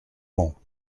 mans